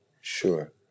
sure